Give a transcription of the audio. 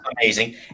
amazing